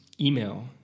Email